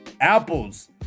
apples